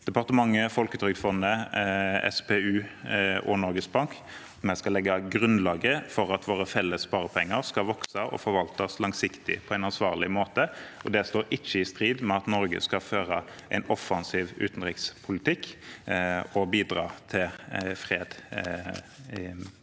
departementet, Folketrygdfondet, SPU og Norges Bank skal vi legge grunnlaget for at våre felles sparepenger skal vokse og forvaltes langsiktig på en ansvarlig måte. Det står ikke i strid med at Norge skal føre en offensiv utenrikspolitikk og bidra til fred for